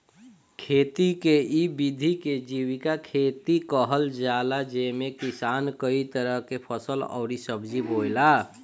खेती के इ विधि के जीविका खेती कहल जाला जेमे किसान कई तरह के फसल अउरी सब्जी बोएला